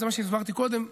זה מה שהסברתי קודם,